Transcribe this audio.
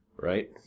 Right